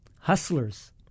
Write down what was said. Hustlers